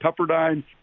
Pepperdine